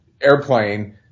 airplane